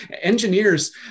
engineers